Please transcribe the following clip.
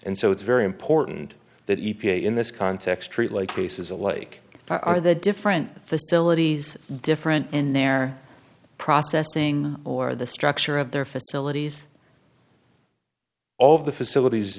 and so it's very important that in this context treat like cases alike are the different facilities different in their processing or the structure of their facilities all of the facilities